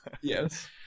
Yes